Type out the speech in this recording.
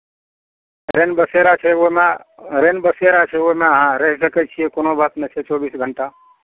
रैनबसेरा छै ओहिमे रैनबसेरा छै ओहिमे अहाँ रहि सकै छियै कोनो बात नहि छै चौबीस घण्टा